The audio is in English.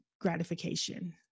gratification